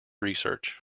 research